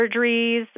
surgeries